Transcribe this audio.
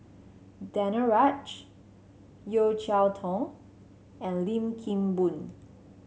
Danaraj Yeo Cheow Tong and Lim Kim Boon